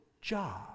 job